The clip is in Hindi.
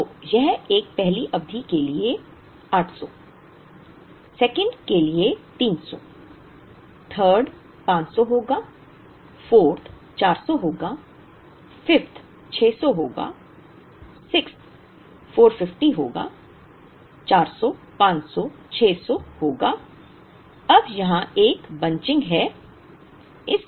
तो यह है पहली अवधि के लिए 800 2nd के लिए 300 3rd 500 होगा 4th 400 होगा 5th 600 होगा 6th 450 400 500 600 होगा अब यहां एक बंचिंग है